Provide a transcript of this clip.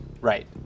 right